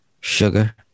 sugar